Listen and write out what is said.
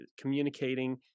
communicating